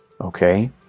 Okay